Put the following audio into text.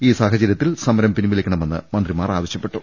ഈ സാഹച രൃത്തിൽ സമരം പിൻവലിക്കണമെന്ന് മന്ത്രിമാർ ആവശ്യപ്പെട്ടു